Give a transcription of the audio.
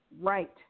right